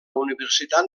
universitat